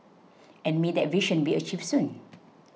and may that vision be achieved soon